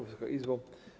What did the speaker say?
Wysoka Izbo!